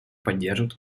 поддержат